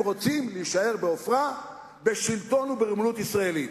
הם רוצים להישאר בעופרה בשלטון ישראלי ובריבונות ישראלית.